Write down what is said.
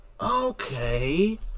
Okay